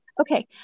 Okay